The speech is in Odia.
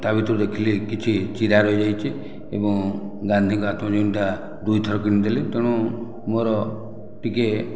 ତା ଭିତରୁ ଦେଖିଲି କିଛି ଚିରା ରହିଯାଇଛି ଏବଂ ଗାନ୍ଧୀଙ୍କ ଆତ୍ମଜୀବନୀଟା ଦୁଇଥର କିଣିଦେଲି ତେଣୁ ମୋର ଟିକିଏ